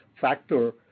factor